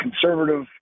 conservative